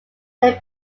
they